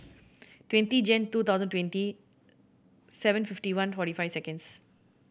twenty Jan two thousand twenty seven fifty one forty five seconds